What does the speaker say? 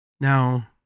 Now